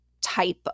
type